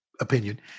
opinion